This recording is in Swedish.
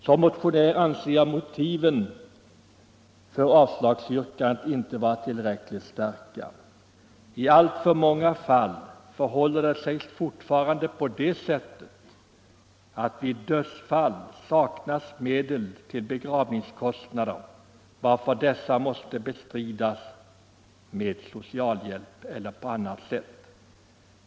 Som motionär anser jag inte motiven för avslagsyrkandet vara tillräckligt starka, I alltför många fall förhåller det sig fortfarande på det sättet att vid dödsfall medel till begravningskostnader saknas, varför dessa kostnader måste bestridas med socialhjälp eller på annat sätt.